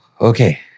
Okay